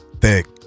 Thick